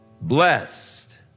blessed